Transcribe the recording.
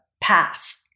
path